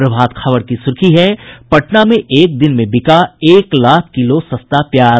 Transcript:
प्रभात खबर की सुर्खी है पटना में एक दिन में बिका एक लाख किलो सस्ता प्याज